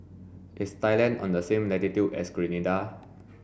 is Thailand on the same latitude as Grenada